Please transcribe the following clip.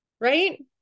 right